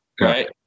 right